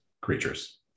creatures